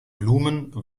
blumen